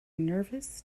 nervous